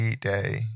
day